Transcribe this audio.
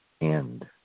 end